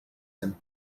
him